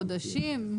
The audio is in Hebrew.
חודשים?